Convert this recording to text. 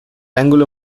ángulo